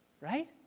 right